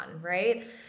Right